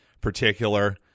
particular